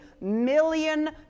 million